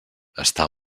està